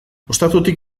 ostatutik